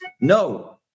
No